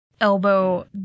Elbow